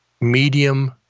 medium